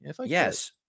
yes